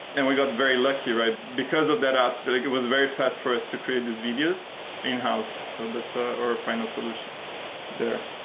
and we got very lucky. because of that app that it it was very fast for us to create these videos in-house, so that's ah our final solution there.